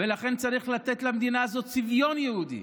ולכן צריך לתת למדינה הזאת צביון יהודי,